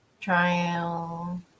Trial